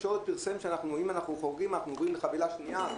החבילות שלהם